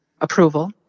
approval